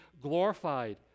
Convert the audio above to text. glorified